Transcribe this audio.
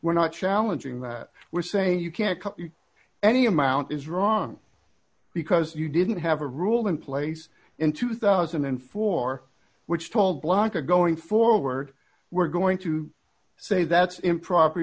we're not challenging that we're saying you can't do any amount is wrong because you didn't have a rule in place in two thousand and four which told blanka going forward we're going to say that's improper